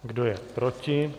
Kdo je proti?